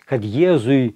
kad jėzui